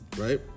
right